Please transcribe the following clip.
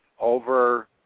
over